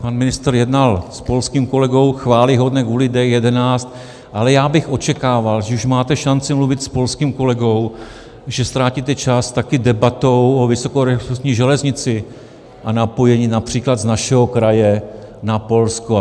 Pan ministr jednal s polským kolegou, chvályhodné, kvůli D11, ale já bych očekával, když už máte šanci mluvit s polským kolegou, že ztratíte čas taky debatou o vysokorychlostní železnici a napojení např. z našeho kraje na Polsko.